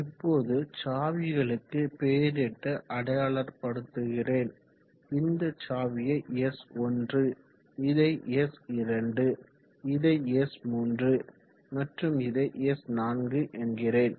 இப்போது சாவிகளுக்கு பெயரிட்டு அடையாளப்படுத்துகிறேன் இந்த சாவியை S1இதை S2 இதை S3 மற்றும் இதை S4 என்கிறேன்